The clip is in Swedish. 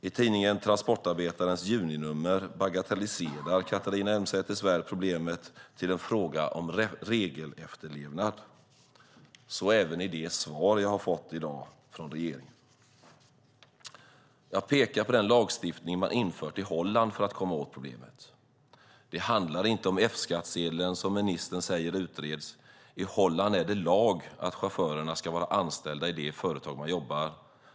I tidningen Transportarbetaren , juninumret, bagatelliserar Catharina Elmsäter-Svärd problemet till en fråga om regelefterlevnad, så även i det svar jag har fått i dag av ministern. Jag pekar på den lagstiftning som man har infört i Holland för att komma åt problemet. Det handlar inte om F-skattsedeln, som ministern säger utreds. I Holland är det lag att chaufförerna ska vara anställda i det företag som de jobbar i.